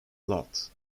lot